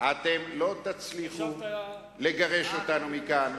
אתם לא תצליחו לגרש אותנו מכאן.